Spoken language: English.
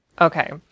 okay